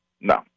No